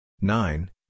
nine